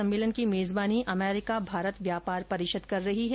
सम्मेलन की मेजबानी अमरीका भारत व्यापार परिषद कर रही है